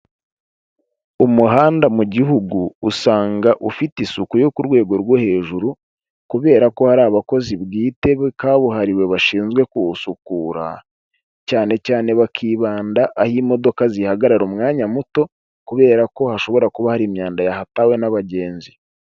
Umuhanda mu gihugu usanga ufite isuku yo ku rwego rwo hejuru, kubera ko hari abakozi bwite kabuhariwe bashinzwe kuwusukura. Cyane cyane bakibanda aho imodoka zihagarara umwanya muto, kubera ko hashobora kuba hari imyanda yahatawe n'abagenzi.